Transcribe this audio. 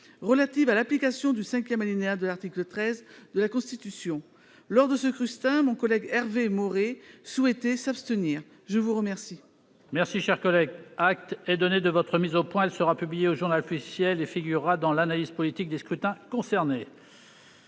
relative à l'application du cinquième alinéa de l'article 13 de la Constitution. Lors de ce scrutin, mon collègue Hervé Maurey souhaitait s'abstenir. La parole